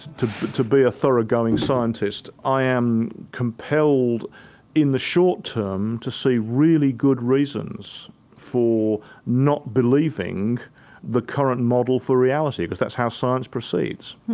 to to be a thorough-going scientist i am compelled in the short term to see really good reasons for not believing the current model for reality because that's how science perceives.